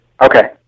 Okay